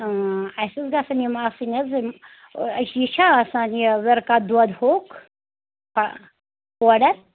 اۭں اَسہِ حظ گژھَن یِم آسٕںۍ حظ یِم أسۍ یہِ چھےٚ آسان یہِ ؤرکا دۄد ہوٚکھ پَہ پوڈَر